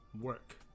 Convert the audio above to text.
work